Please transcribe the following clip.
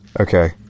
Okay